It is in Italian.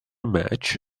match